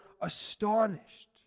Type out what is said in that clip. astonished